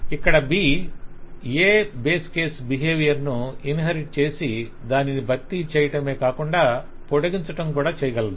ఇక్కడ B A base case behaviour ను inherit చేసి దానిని భర్తీ చేయటమే కాకుండా పొడిగించటం కూడా చేయగలదు